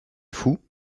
fou